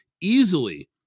easily